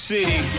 City